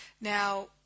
Now